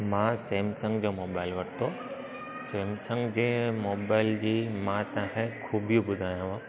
मां सेमसंग जो मोबाइल वरितो सेमसंग जे मोबाइल जी मां तव्हां खे ख़ूबी ॿुधायांव